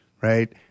right